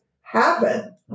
happen